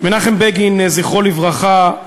מנחם בגין, זכרו לברכה,